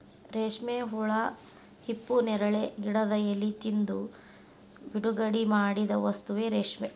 ರೇಶ್ಮೆ ಹುಳಾ ಹಿಪ್ಪುನೇರಳೆ ಗಿಡದ ಎಲಿ ತಿಂದು ಬಿಡುಗಡಿಮಾಡಿದ ವಸ್ತುವೇ ರೇಶ್ಮೆ